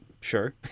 Sure